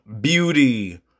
beauty